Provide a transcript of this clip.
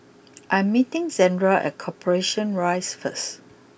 I am meeting Zandra at Corporation Rise first